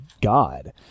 god